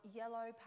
yellow